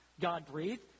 God-breathed